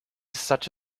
such